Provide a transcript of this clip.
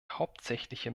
hauptsächliche